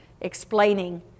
explaining